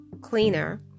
cleaner